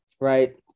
right